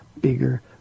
bigger